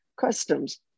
customs